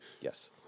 Yes